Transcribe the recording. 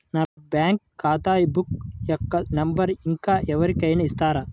నా బ్యాంక్ ఖాతా బుక్ యొక్క నంబరును ఇంకా ఎవరి కైనా ఇస్తారా?